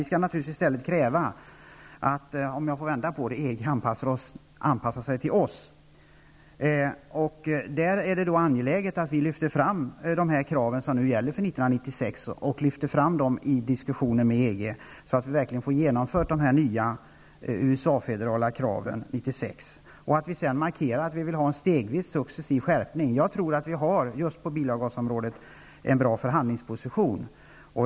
Vi skall i stället naturligtvis kräva att, om jag får vända på det, EG anpassar sig till oss. Det är då angläget att vi vid diskussioner med EG lyfter fram de krav som gäller för 1996, så att de nya USA-federala kraven genomförs 1996. Sedan måste vi markera att vi vill ha en stegvis och successiv skärpning. Jag tror att vi just på bilavgasområdet har en bra förhandlingsposition.